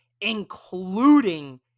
including